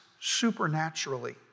supernaturally